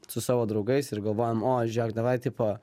su savo draugais ir galvojom o žiūrėk davai tipo